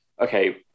okay